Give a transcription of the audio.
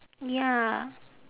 ya